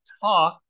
talk